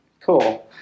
cool